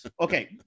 okay